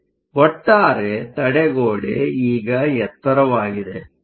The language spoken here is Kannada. ಅಂದರೆ ಒಟ್ಟಾರೆ ತಡೆಗೋಡೆ ಈಗ ಎತ್ತರವಾಗಿದೆ